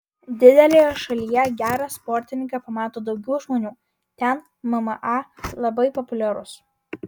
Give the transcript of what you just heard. didelėje šalyje gerą sportininką pamato daugiau žmonių ten mma labai populiarus